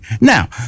Now